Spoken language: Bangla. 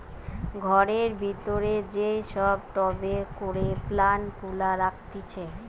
ঘরের ভিতরে যেই সব টবে করে প্লান্ট গুলা রাখতিছে